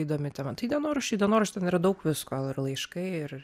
įdomi tema tai dienoraščiai dienorašty ten yra daug visko ir laiškai ir